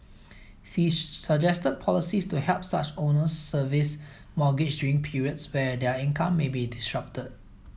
she suggested policies to help such owners service mortgage during periods where their income may be disrupted